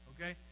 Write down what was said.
okay